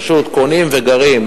פשוט קונים וגרים,